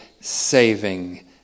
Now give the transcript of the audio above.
saving